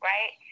Right